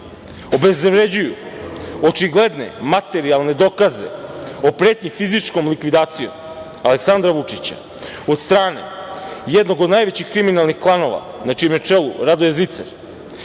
obezvređuju očigledne materijalne dokaze o pretnji fizičkom likvidacijom Aleksandra Vučića od strane jednog od najvećih kriminalnih klanova, na čijem je čelu Radoje Zicer,